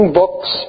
books